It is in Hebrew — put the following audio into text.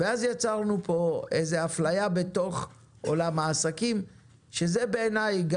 ואז יצרנו פה איזה אפליה בתוך עולם העסקים שזה בעיני גם